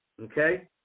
Okay